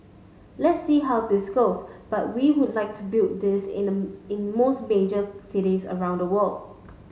let's see how this goes but we would like to build this in the in most major cities around the world